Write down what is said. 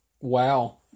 Wow